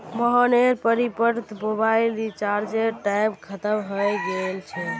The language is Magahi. मोहनेर प्रीपैड मोबाइल रीचार्जेर टेम खत्म हय गेल छे